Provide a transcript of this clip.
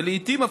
ולעיתים,